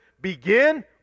begin